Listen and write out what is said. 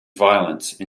violence